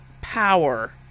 power